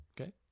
Okay